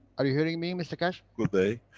are you hearing me, mr keshe? good day.